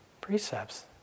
precepts